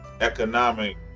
economic